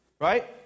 right